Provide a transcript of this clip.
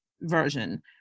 version